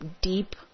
deep